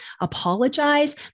apologize